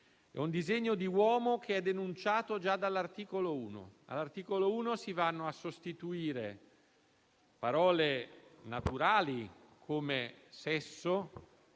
È un disegno di uomo che è denunciato già dall'articolo 1, dove si vanno a sostituire parole naturali come «sesso»,